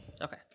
Okay